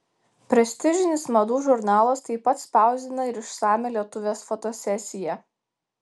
prestižinis madų žurnalas taip pat spausdina ir išsamią lietuvės fotosesiją